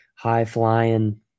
high-flying